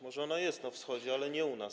Może ona jest na wschodzie, ale nie u nas.